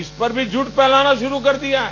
इस पर भी झूठ फैलाना शुरू कर दिया है